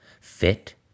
fit